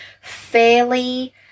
fairly